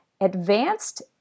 advanced